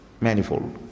manifold